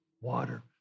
water